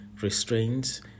restraints